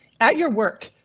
at your work,